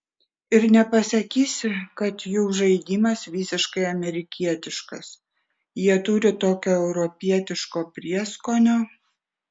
ir nepasakysi kad jų žaidimas visiškai amerikietiškas jie turi tokio europietiško prieskonio